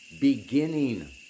beginning